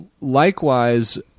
likewise